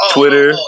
Twitter